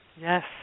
Yes